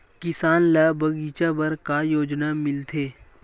किसान ल बगीचा बर का योजना मिलथे?